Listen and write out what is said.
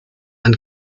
and